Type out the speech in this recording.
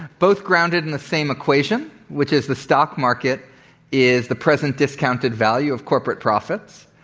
both grounded in the same equation, which is the stock market is the present discounted value of corporate profits.